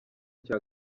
cya